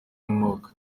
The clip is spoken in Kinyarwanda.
umwuka